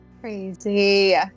Crazy